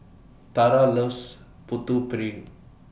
Tarah loves Putu Piring